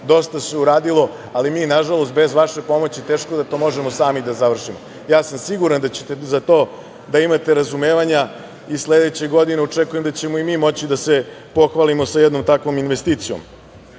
dosta se uradilo, ali mi, nažalost, bez vaše pomoći teško da to možemo sami da završimo. Ja sam siguran da ćete za to da imate razumevanja i sledeće godine očekujem da ćemo i mi moći da se pohvalimo sa jednom takvom investicijom. Kada